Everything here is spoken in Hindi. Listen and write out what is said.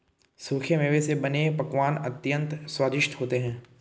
सूखे मेवे से बने पकवान अत्यंत स्वादिष्ट होते हैं